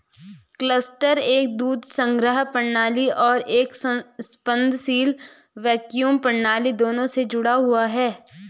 cluster एक दूध संग्रह प्रणाली और एक स्पंदनशील वैक्यूम प्रणाली दोनों से जुड़ा हुआ है